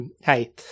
hey